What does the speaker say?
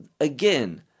again